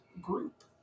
group